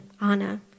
Anna